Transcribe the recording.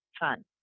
fun